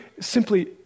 simply